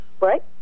right